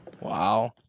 Wow